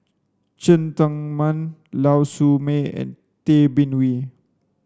Cheng Tsang Man Lau Siew Mei and Tay Bin Wee